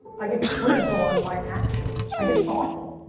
i get critical on my actions. i get thoughtful.